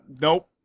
nope